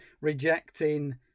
rejecting